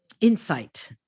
insight